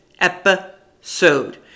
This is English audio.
episode